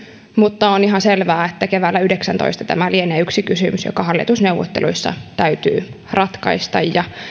mutta on ihan selvää että keväällä yhdeksäntoista tämä lienee yksi kysymys joka hallitusneuvotteluissa täytyy ratkaista